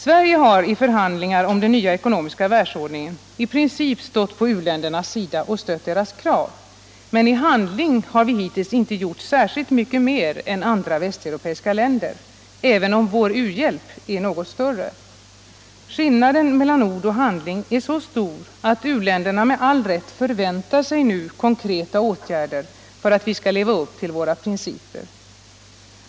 Sverige har i förhandlingar om den nya ekonomiska världsordningen i princip stått på u-ländernas sida och stött deras krav, men i handling har vi hittills inte gjort särskilt mycket mer än andra västeuropeiska länder, även om vår u-hjälp är något större. Skillnaden mellan ord och handling är så stor att u-länderna med all rätt nu förväntar sig konkreta åtgärder för att vi skall leva upp till våra principer.